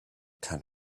can